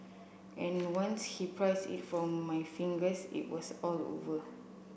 and once he prised it from my fingers it was all over